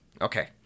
Okay